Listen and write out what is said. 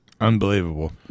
Unbelievable